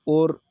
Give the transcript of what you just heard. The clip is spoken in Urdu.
اور